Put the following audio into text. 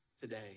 today